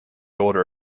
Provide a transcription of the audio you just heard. order